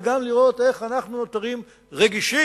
וגם לראות איך אנו נותרים רגישים